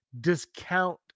discount